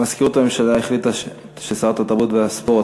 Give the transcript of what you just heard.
מזכירות הממשלה החליטה ששרת התרבות והספורט